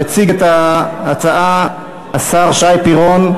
יציג את ההצעה השר שי פירון.